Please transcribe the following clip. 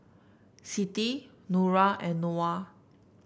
Siti Nura and Noah